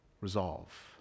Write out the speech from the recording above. Resolve